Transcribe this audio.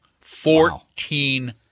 fourteen